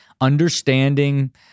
understanding